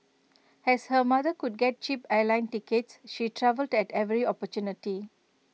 as her mother could get cheap airline tickets she travelled at every opportunity